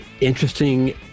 interesting